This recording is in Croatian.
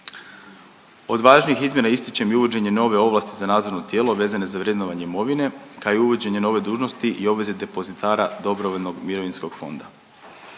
Od važnijih izmjena ističem i uvođenje nove ovlasti za nadzorno tijelo vezane za vrednovanje imovine, kao i uvođenje nove dužnosti i obveze depozitara dobrovoljnog mirovinskog fonda.